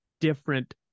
different